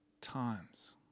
times